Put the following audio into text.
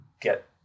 get